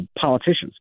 politicians